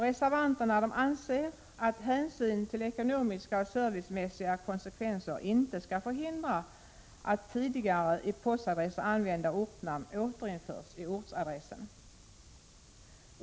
Reservanterna anser att hänsyn till ekonomiska och servicemässiga konsekvenser inte skall få hindra att tidigare i postadresser använda ortnamn återinförs i ortsadressen.